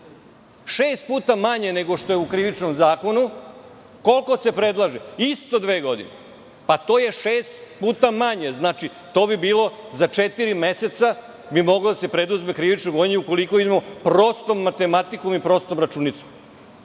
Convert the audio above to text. puta manje nego što je u Krivičnom zakonu, koliko se predlaže? Isto dve godine. To je šest puta manje, to bi bilo za četiri meseca, moglo bi da se preduzme krivično gonjenje ukoliko idemo prostom matematikom i prostom računicom.